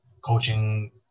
coaching